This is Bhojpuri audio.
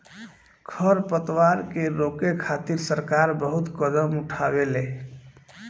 खर पतवार के रोके खातिर सरकार बहुत कदम उठावेले